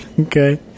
okay